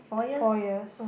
four years